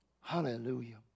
Hallelujah